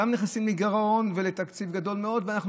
גם נכנסים לגירעון ולתקציב גדול מאוד ואנחנו